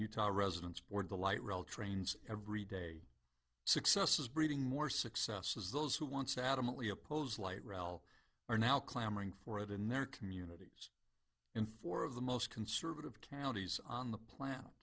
utah residents board the light rail trains every day success is breeding more success as those who once adamantly oppose light rail are now clamoring for it in their communities in four of the most conservative counties on the plan